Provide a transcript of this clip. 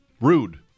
Rude